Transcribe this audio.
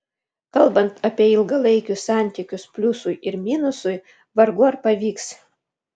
kalbant apie ilgalaikius santykius pliusui ir minusui vargu ar pavyks